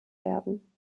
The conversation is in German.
werden